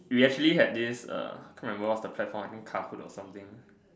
we actually had this uh can't remember what's the platform I think kahoot or something